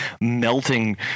melting